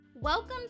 Welcome